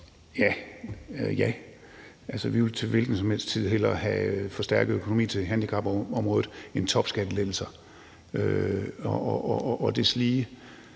vi vil til hvilken som helst tid hellere have forstærket økonomi til handicapområdet end topskattelettelser og deslige,